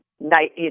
Night